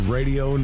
Radio